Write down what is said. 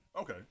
Okay